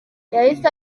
yahise